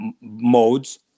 modes